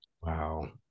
wow